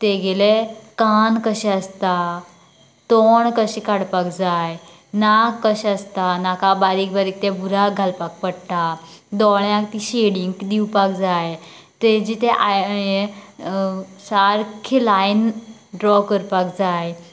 तेगेले कान कशें आसता तोंड कशें काडपाक जाय नाक कशें आसता नाका ते बारीक बारीक बुराक घालपाक पडटा दोळ्यांक ती शेडींग दिवपाक जाय तेजे ते सारकें लायन ड्रॉ करपाक जाय